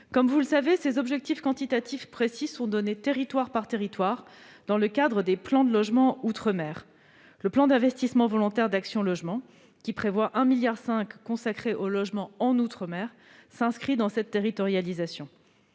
Comme vous le savez, ces objectifs quantitatifs précis sont donnés territoire par territoire dans le cadre des plans de logement outre-mer. Le plan d'investissement volontaire d'Action Logement, qui prévoit 1,5 milliard d'euros consacrés au logement en outre-mer, s'inscrit également dans cette territorialisation.